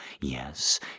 Yes